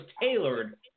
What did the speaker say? tailored